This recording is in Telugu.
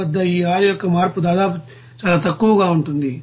33 వద్ద ఈ R యొక్క మార్పు దాదాపుగా చాలా తక్కువగా ఉంటుంది